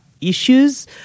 issues